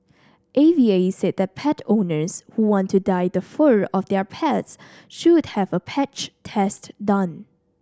A V A said that pet owners who want to dye the fur of their pets should have a patch test done